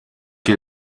che